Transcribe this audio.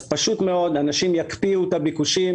אנשים יקפיאו את הביקושים.